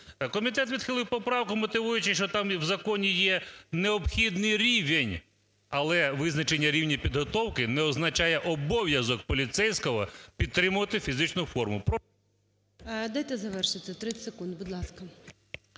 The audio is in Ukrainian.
Комітет відхилив поправку, мотивуючи, що там в законі є необхідний рівень, але визначення рівня підготовки не означає обов'язок поліцейського підтримувати фізичну форму… ГОЛОВУЮЧИЙ. Дайте завершити 30 секунд, будь ласка.